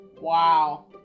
Wow